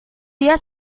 dia